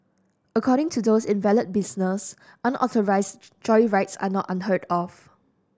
according to those in the valet business unauthorised joyrides are not unheard of